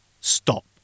stop